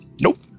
Nope